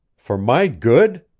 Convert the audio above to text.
for my good?